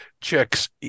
checks